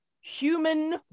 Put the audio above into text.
Human